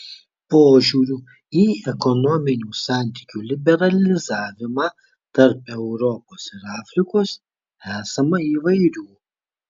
požiūrių į ekonominių santykių liberalizavimą tarp europos ir afrikos esama įvairių